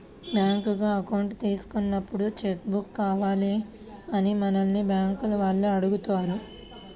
bank account తీసుకున్నప్పుడే cheque book కావాలా అని మనల్ని బ్యేంకుల వాళ్ళు అడుగుతారు